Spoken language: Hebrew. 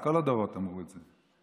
כל הדורות אמרו את זה.